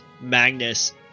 Magnus